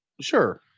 sure